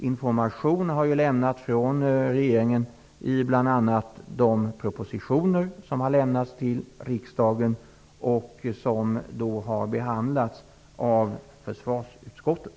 Information har lämnats från regeringen, bl.a. i propositioner till riksdagen som har behandlats av försvarsutskottet.